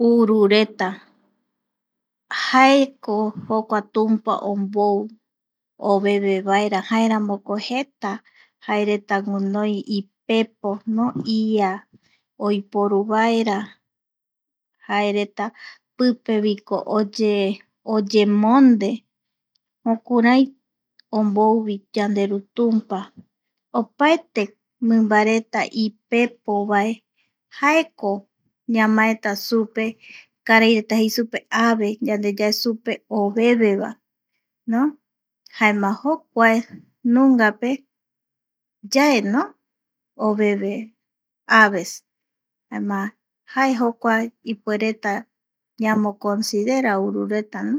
﻿Uru reta jaeko jokua tumpa ombou oveve vaera jaeramoko jeta jaereta guinoi ipepo no ia oiporu vaera jaereta pipeviko oye oyemonde jokurai ombouvi yande ru tumpa opaete mimba reta ipepo vae, jaeko ñamaeta supe karai reta jei supe ave yande yae supe oveve va no jaema jokua nunga pe yaeno ave ovevevae jaema jae jokuae yamo considera uru retano.